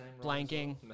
Blanking